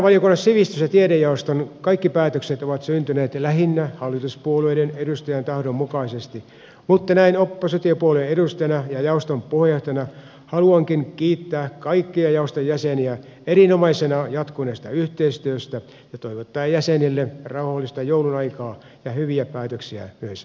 valtiovarainvaliokunnan sivistys ja tiedejaoston kaikki päätökset ovat syntyneet lähinnä hallituspuolueiden edustajien tahdon mukaisesti mutta näin oppositiopuolueen edustajana ja jaoston puheenjohtajana haluankin kiittää kaikkia jaoston jäseniä erinomaisena jatkuneesta yhteistyöstä ja toivottaa jäsenille rauhallista joulunaikaa ja hyviä päätöksiä myös ensi vuonna